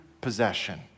possession